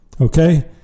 Okay